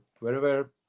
wherever